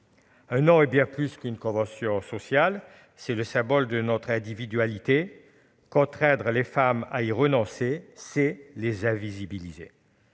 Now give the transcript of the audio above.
Un nom est bien plus qu'une convention sociale, c'est le symbole de notre individualité. Contraindre les femmes à y renoncer, c'est les invisibiliser.